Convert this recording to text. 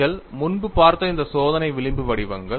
நீங்கள் முன்பு பார்த்த இந்த சோதனை விளிம்பு வடிவங்கள்